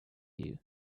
you